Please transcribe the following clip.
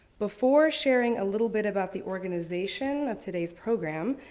before sharing a little bit about the organization of today's program,